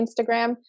Instagram